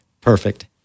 Perfect